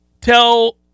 tell